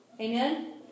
Amen